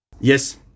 Yes